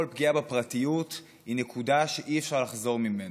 פגיעה פרטיות היא נקודה שאי-אפשר לחזור ממנה.